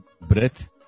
Breath